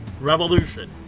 revolution